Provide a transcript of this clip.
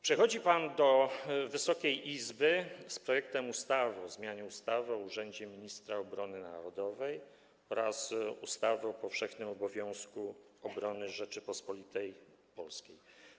Przychodzi pan do Wysokiej Izby z projektem ustawy o zmianie ustawy o urzędzie Ministra Obrony Narodowej oraz ustawy o powszechnym obowiązku obrony Rzeczypospolitej Polskiej.